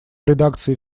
редакции